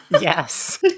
Yes